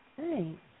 Thanks